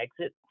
exit